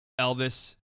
Elvis